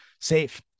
safe